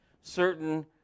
certain